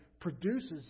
produces